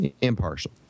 Impartial